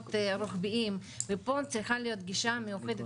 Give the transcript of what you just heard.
פתרונות רוחביים, ופה צריכה להיות גישה מיוחדת